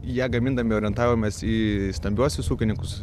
ją gamindami orientavomės į stambiuosius ūkininkus